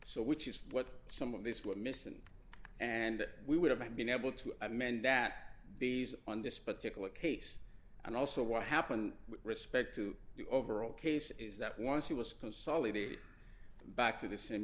so which is what some of these what mison and we would have been able to amend that bees on this particular case and also what happened with respect to the overall case is that once he was consolidated back to the s